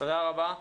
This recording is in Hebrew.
תודה רבה.